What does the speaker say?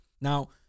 Now